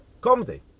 comedy